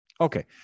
Okay